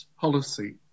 policy